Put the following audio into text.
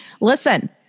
listen